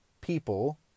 people